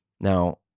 Now